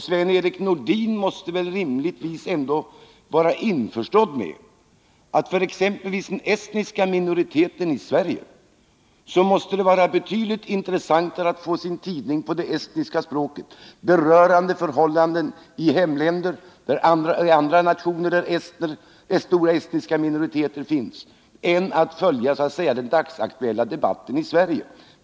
Sven-Erik Nordin måste rimligtvis vara införstådd med att det för exempelvis den estniska minoriteten i Sverige är betydligt intressantare att få sin tidning på det estniska språket, berörande förhållanden i hemländer och andra nationer där stora estniska minoriteter finns än att följa den dagsaktuella debatten i Sverige.